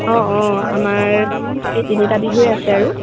অঁ অঁ আমাৰ এই তিনিটা বিহুৱে আছে আৰু